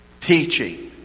teaching